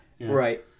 right